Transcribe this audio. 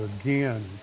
again